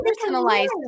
personalized